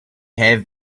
have